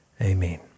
Amen